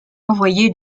envoyé